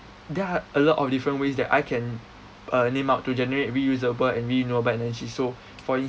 there are a lot of different ways that I can uh earn it out to generate reusable and renewable energy so for